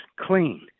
clean